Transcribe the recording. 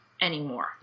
anymore